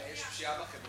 מה, יש פשיעה בחברה הערבית?